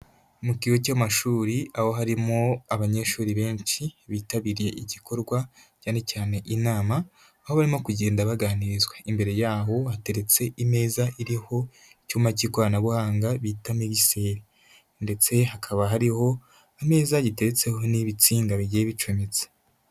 Mu kigo cy'amashuri, aho harimo abanyeshuri benshi bitabiriye igikorwa cyane cyane inama, aho barimo kugenda baganirizwa, imbere y'aho hateretse imeza iriho icyuma cy'ikoranabuhanga bita migiseri ndetse hakaba hariho ameza gitetseho n'ibitsinga bigiye bicometse.